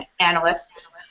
analysts